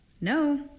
No